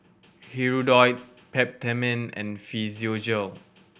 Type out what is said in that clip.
Hirudoid Peptamen and Physiogel